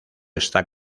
está